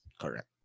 Correct